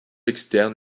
externe